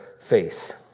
faith